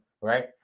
right